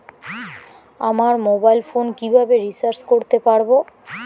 আমার mobile phone কিভাবে recharge করতে পারব?